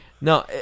No